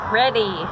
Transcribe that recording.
ready